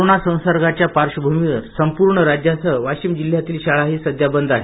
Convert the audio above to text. corona संसर्गाच्या पार्धभूमीवर संपूर्ण राज्यासह वाशिम जिल्ह्यातील शाळा ही सध्या बंद आहेत